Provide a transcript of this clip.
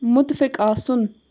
مُتفِق آسُن